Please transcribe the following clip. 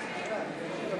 נגד יפעת שאשא ביטון,